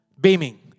Beaming